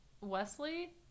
Wesley